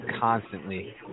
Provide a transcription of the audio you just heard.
constantly